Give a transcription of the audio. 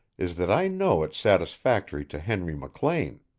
is that i know it's satisfactory to henry mclean.